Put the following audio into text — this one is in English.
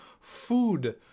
food